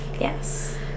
Yes